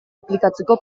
aplikatzeko